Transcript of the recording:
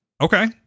Okay